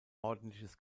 ordentliches